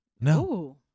No